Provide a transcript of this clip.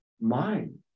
mind